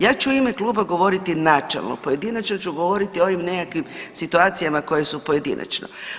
Ja ću u ime kluba govoriti načelno, pojedinačno ću govoriti o ovim nekakvih situacijama koje su pojedinačno.